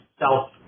self